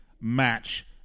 match